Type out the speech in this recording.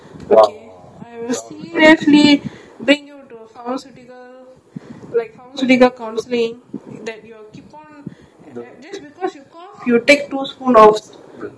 bring you to pharmacutical when pharmacutical people complain that you're keep on that's because you cough you take two spoon of cough syrup that's not the way you know